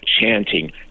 chanting